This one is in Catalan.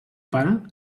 pare